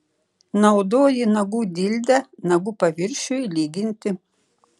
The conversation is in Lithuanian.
naudoji nagų dildę nagų paviršiui lyginti